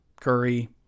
Curry